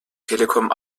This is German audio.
telekom